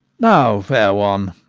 now, fair one,